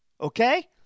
Okay